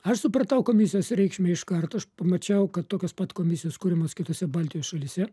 aš supratau komisijos reikšmę iš karto aš pamačiau kad tokios pat komisijos kuriamos kitose baltijos šalyse